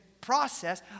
process